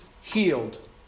healed